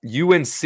UNC